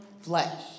flesh